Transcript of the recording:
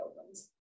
opens